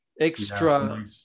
extra